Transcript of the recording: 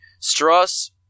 Struss